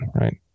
right